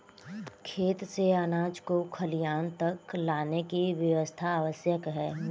खेत से अनाज को खलिहान तक लाने की व्यवस्था आवश्यक होती है